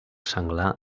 senglar